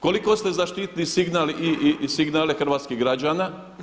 Koliko ste zaštitili signal i signale hrvatskih građana?